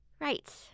Right